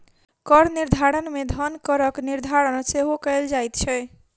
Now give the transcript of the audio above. कर निर्धारण मे धन करक निर्धारण सेहो कयल जाइत छै